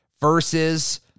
versus